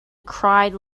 cried